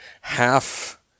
half